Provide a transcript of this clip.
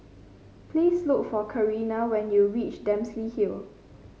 please look for Karina when you reach Dempsey Hill